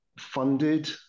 funded